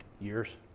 years